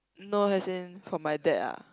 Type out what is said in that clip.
no as in for my dad ah